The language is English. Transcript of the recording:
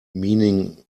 meaning